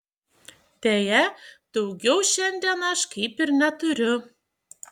deja daugiau šiandien aš kaip ir neturiu